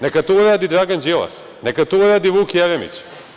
Neka to uradi Dragan Đilas, neka to uradi Vuk Jeremić.